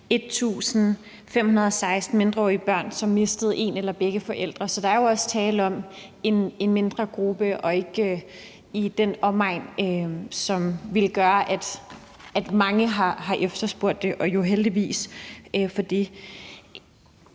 1.516 mindreårige børn, som mistede en eller begge forældre. Så der er faktisk tale om en mindre gruppe og ikke noget i en størrelsesorden, så man kan sige, at mange har efterspurgt det – og heldigvis for